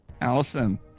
Allison